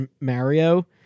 Mario